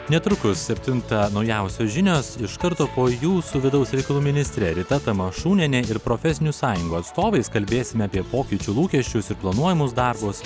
netrukus septintą naujausios žinios iš karto po jūsų su vidaus reikalų ministre rita tamašūniene ir profesinių sąjungų atstovais kalbėsime apie pokyčių lūkesčius ir planuojamus darbus